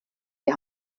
die